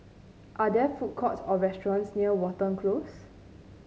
are there food courts or restaurants near Watten Close